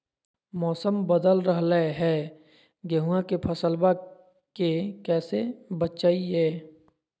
मौसम बदल रहलै है गेहूँआ के फसलबा के कैसे बचैये?